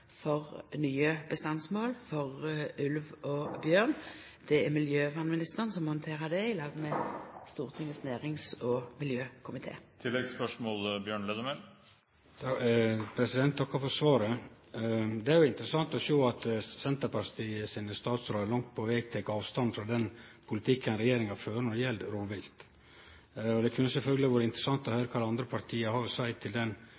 for nye bestandsmål for ulv og bjørn. Det er miljøvernministeren som handterer det, i lag med Stortingets næringskomité og Stortingets energi- og miljøkomité. Eg takkar for svaret. Det er interessant å sjå at Senterpartiets statsrådar langt på veg tek avstand frå den politikken regjeringa fører når det gjeld rovvilt. Det kunne sjølvsagt vore interessant å høyre kva dei andre partia har å seie til den